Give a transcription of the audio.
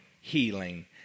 healing